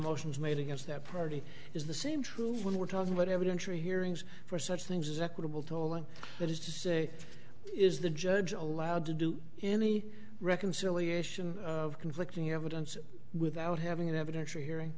motions made against that party is the same true when we're talking about evidence or hearings for such things as equitable tolling that is to say is the judge allowed to do any reconciliation of conflicting evidence without having an evidentiary hearing